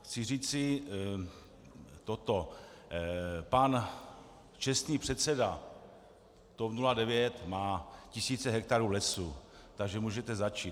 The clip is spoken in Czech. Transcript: Chci říci toto: Pan čestný předseda TOP 09 má tisíce hektarů lesů, takže můžete začít.